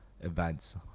events